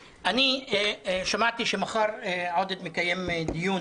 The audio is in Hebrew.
שמעתי שמחר עודד פורר מקיים דיון